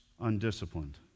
undisciplined